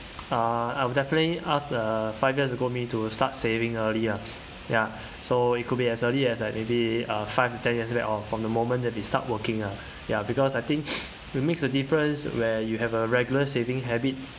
uh I will definitely ask the five years ago me to start saving early lah ya so it could be as early as like maybe uh five ten yesterday or from the moment that they start working ah ya because I think it makes a difference where you have a regular saving habit